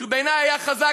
שבעיני היה חזק,